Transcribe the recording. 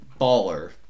baller